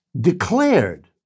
declared